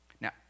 Now